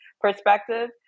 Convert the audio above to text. perspective